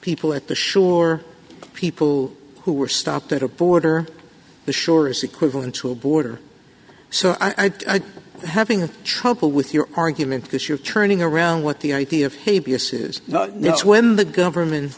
people at the shore people who were stopped at a border the shore is equivalent to a border so i having trouble with your argument because you're turning around what the idea of hey b s is that's when the government